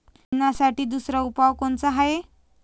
निंदनासाठी दुसरा उपाव कोनचा हाये?